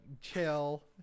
chill